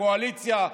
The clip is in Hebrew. קואליציה,